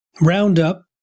Roundup